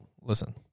Listen